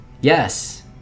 Yes